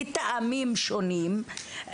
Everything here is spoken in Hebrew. בטעמים שונים,